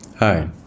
Hi